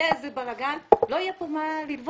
יהיה איזה בלגן, לא יהיה כאן מה ללבוש.